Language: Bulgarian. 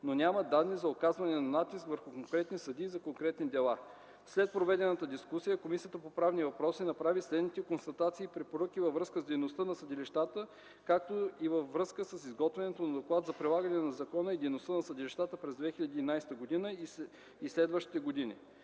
но няма данни за оказване на натиск върху конкретни съдии за конкретни дела. След проведената дискусия Комисията по правни въпроси направи следните констатации и препоръки във връзка с дейността на съдилищата както и във връзка с изготвянето на Доклада за прилагането на закона и дейността на съдилищата през 2011 г. и следващите години: